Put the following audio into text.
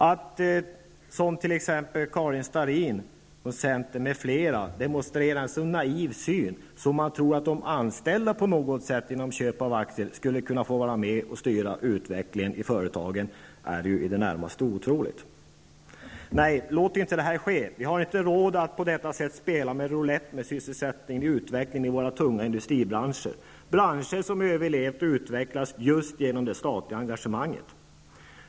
Att, som t.ex. Karin Starrin från centern och andra, demonstrera en sådan naiv syn på detta att man tror att de anställda på något sätt genom köp av aktier skulle kunna få vara med och styra utvecklingen i företagen är ju i det närmaste otroligt. Nej, låt inte detta ske. Vi har inte råd att på detta sätt spela roulett med sysselsättningen i våra tunga industribranscher, branscher som har överlevt och utvecklats just genom det statliga engagemanget.